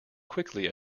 quickly